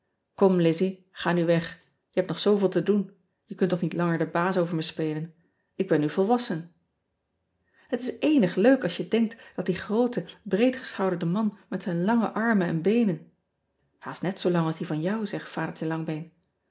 om izzy ga nu weg e hebt nog zooveel te doen e kunt toch niet langer den baas over me spelen k ben nu volwassen et is eenig leuk als je denkt dat die groote breedgeschouderde man met zijn lange armen en beenen haast niet zoo lang als die van jou zeg adertje angbeen